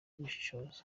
gushishoza